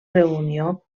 reunió